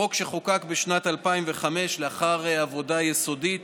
החוק שחוקק בשנת 2005 לאחר עבודה יסודית,